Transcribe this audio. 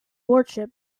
lordship